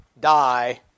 die